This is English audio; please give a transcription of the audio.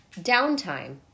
downtime